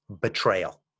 betrayal